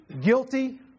guilty